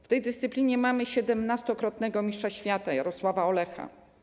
W tej dyscyplinie mamy siedemnastokrotnego mistrza świata Jarosława Olecha.